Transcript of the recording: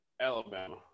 Alabama